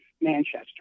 Manchester